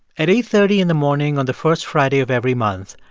at eight thirty in the morning on the first friday of every month,